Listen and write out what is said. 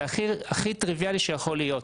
זה הכי טריביאלי שיכול להיות.